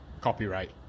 Copyright